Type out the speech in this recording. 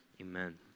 Amen